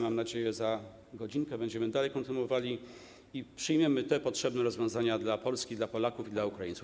Mam nadzieję, że za godzinkę będziemy to kontynuowali i przyjmiemy te potrzebne rozwiązania dla Polski, dla Polaków i dla Ukraińców.